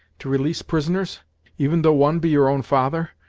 to release prisoners even though one be your own father,